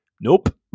Nope